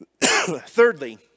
Thirdly